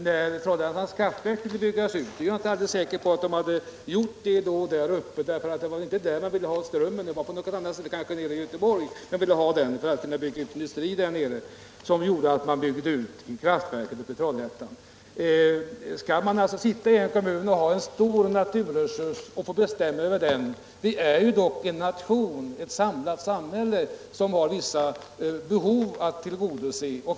Jag är inte alls säker på att det hade blivit någon utbyggnad i så fall, för det var ju inte i Trollhättan det behövdes mera elektrisk ström. Det var kanske i Göteborg man ville ha den för att kunna bygga ut industrierna där. Skall alltså en kommun som har tillgång till en stor naturresurs sitta och bestämma över den? Vi utgör dock en nation, en större gemenskap, som har vissa behov att tillgodose.